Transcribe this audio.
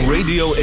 Radio